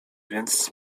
więc